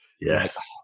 Yes